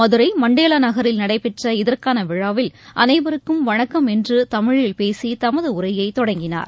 Madurai Mandela நகரில் நடைபெற்ற இதற்கான விழாவில் அனைவருக்கும் வணக்கம் என்று தமிழில் பேசி தமது உரையை தொடங்கினார்